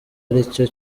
aricyo